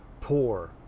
poor